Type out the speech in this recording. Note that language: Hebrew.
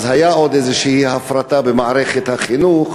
אז הייתה עוד הפרטה במערכת החינוך,